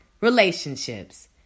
relationships